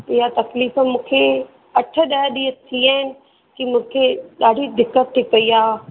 इहा तकलीफ़ मूंखे अठ ॾह ॾींहं थी विया आहिनि की मूंखे ॾाढी दिक़त थी पई आहे